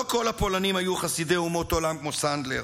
לא כל הפולנים היו חסידי אומות עולם כמו סנדלר.